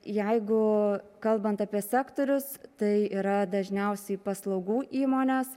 jeigu kalbant apie sektorius tai yra dažniausiai paslaugų įmonės